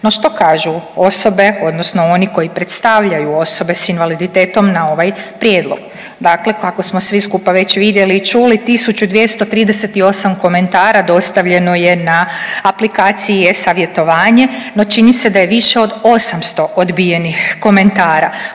No što kažu osobe odnosno oni koji predstavljaju osobe s invaliditetom na ovaj prijedlog? Dakle, kako smo svi skupa već vidjeli i čuli 1238 komentara dostavljeno je na aplikaciji eSavjetovanje, no čini se da je više od 800 odbijenih komentara.